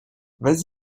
vas